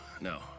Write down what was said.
No